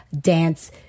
dance